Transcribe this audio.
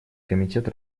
комитет